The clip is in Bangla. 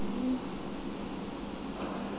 কোন কোন জিনিস বন্ধক দিলে টাকা পাব?